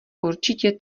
určitě